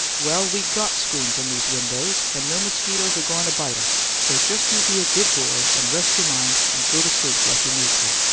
well, we got screens in these windows, and no mosquitoes are goin' to bite us so just you be a good boy and rest your mind and go to sleep like you need to.